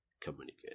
communicate